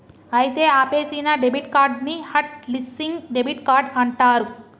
అయితే ఆపేసిన debit card ని హట్ లిస్సింగ్ డెబిట్ కార్డ్ అంటారు